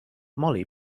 molly